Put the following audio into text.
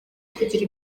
kugira